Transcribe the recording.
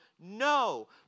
No